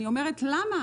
אני אומרת למה?